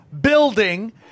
building